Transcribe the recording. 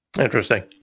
Interesting